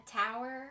tower